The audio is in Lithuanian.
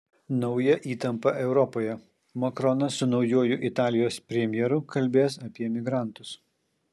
nauja įtampa europoje makronas su naujuoju italijos premjeru kalbės apie migrantus